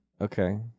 Okay